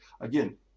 again